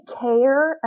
care